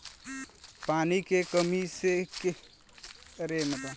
पानी के कमी के पूरा करे खातिर अब हिमजल के भी स्रोत बनावल जाला